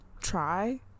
try